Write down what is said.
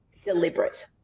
deliberate